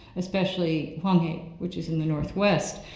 especially hwanghae which is in the north-west.